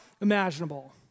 imaginable